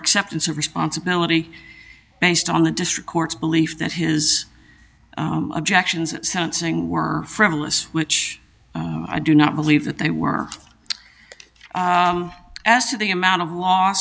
acceptance of responsibility based on the district court's belief that his objections sensing were frivolous which i do not believe that they were as to the amount of l